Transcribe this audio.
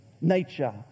nature